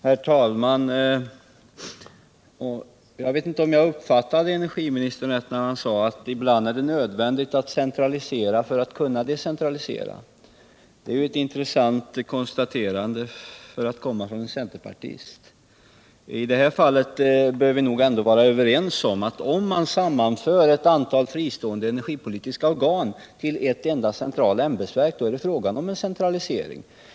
Herr talman! Jag vet inte om jag uppfattade energiministern rätt när jag fick intrycket att han sade att det ibland är nödvändigt att centralisera för att kunna decentralisera. Det är ju, för att komma från en centerpartist, ett intressant konstaterande. I detta fall bör vi ändå vara överens om att om man sammanför ett antal fristående energipolitiska organ till ett enda centralt ämbetsverk är det fråga om en centralisering.